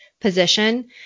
position